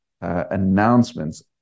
announcements